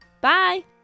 Bye